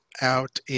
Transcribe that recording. out